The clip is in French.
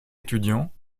étudiant